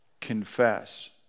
confess